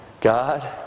God